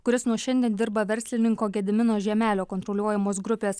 kuris nuo šiandien dirba verslininko gedimino žiemelio kontroliuojamos grupės